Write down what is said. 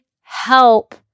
help